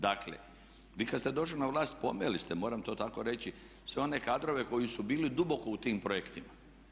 Dakle, vi kad ste došli na vlast pomeli te, moram to tako reći sve one kadrove koji su bili duboko u tim projektima.